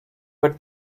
but